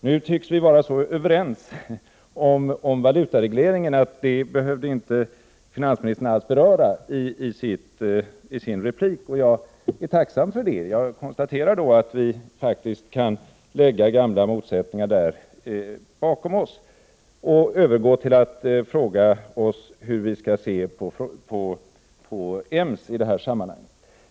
Nu tycks vi vara så överens om valutaregleringen att finansministern inte alls behövde beröra den i sin replik, och jag är tacksam för det. Jag konstaterar då att vi faktiskt kan lämna gamla motsättningar på den här punkten bakom oss och övergå till att fråga oss hur vi skall se på EMS.